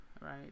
right